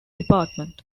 department